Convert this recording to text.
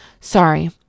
Sorry